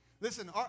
Listen